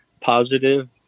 positive